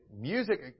Music